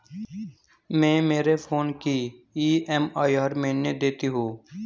मैं मेरे फोन की ई.एम.आई हर महीने देती हूँ